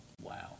Wow